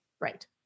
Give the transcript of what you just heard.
Right